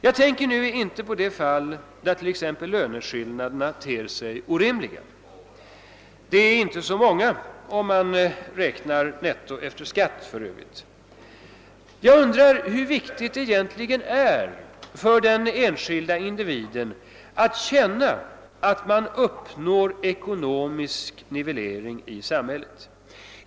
Jag tänker nu inte på de fall där t.ex. löneskillnaderna ter sig orimliga. De är för övrigt inte så många, om man räknar netto efter skatt. Jag undrar hur viktigt det egentligen är för den enskilde individen att känna att man uppnår ekonomisk nivellering i samhället.